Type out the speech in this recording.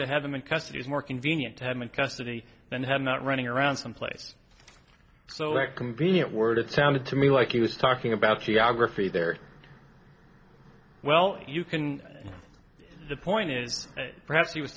to have him in custody is more convenient to have in custody than have not running around someplace so that convenient word it sounded to me like he was talking about geography there well you can see the point is perhaps he was